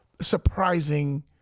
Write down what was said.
surprising